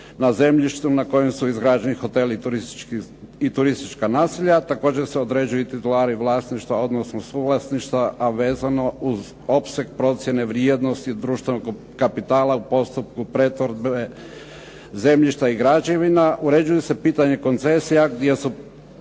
na zemljištu na kojem su izgrađeni hoteli i turistička naselja. Također se određuju i titulari vlasništva, odnosno suvlasništva, a vezano uz opseg procjene vrijednosti društvenog kapitala u postupku pretvorbe zemljišta i građevina. Uređuju se pitanja koncesija gdje su